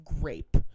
grape